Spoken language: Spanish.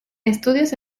estudios